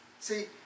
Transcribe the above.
See